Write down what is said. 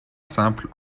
simple